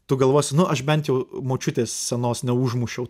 tu galvosi nu aš bent jau močiutės senos neužmušiau